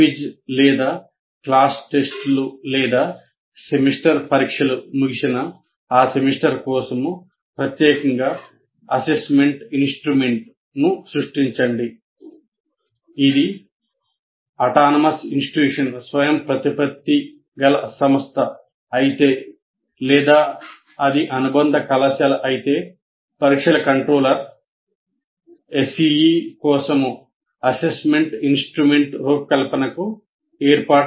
క్విజ్లు లేదా క్లాస్ టెస్టులు లేదా సెమిస్టర్ పరీక్షలు ముగిసినా ఆ సెమిస్టర్ కోసం ప్రత్యేకంగా అసెస్మెంట్ ఇన్స్ట్రుమెంట్